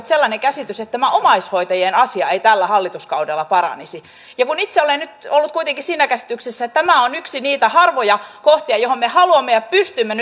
sellainen käsitys että tämä omaishoitajien asia ei tällä hallituskaudella paranisi kun itse olen nyt ollut kuitenkin siinä käsityksessä että tämä on yksi niitä harvoja kohtia johon me haluamme satsata ja pystymme